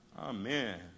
Amen